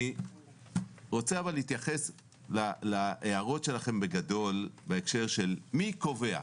אבל אני רוצה להתייחס להערות שלכם בגדול בהקשר של מי קובע,